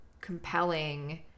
compelling